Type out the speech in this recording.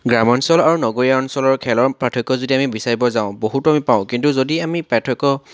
গ্ৰামাঞ্চল আৰু নগৰীয়া অঞ্চলৰ খেলৰ পাৰ্থক্য যদি আমি বিচাৰিব যাওঁ বহুতো আমি পাওঁ কিন্তু যদি আমি পাৰ্থক্য